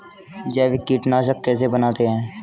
जैविक कीटनाशक कैसे बनाते हैं?